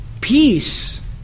peace